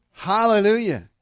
Hallelujah